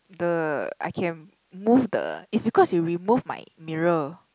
the I can move the it's because you removed my mirror